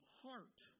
heart